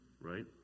right